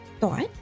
thought